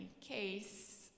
case